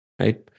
right